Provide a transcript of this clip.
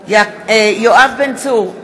יואב בן צור,